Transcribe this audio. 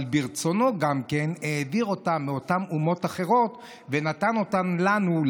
אבל ברצונו גם העביר אותה מאותן אומות אחרות ונתן אותה לנו,